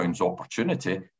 opportunity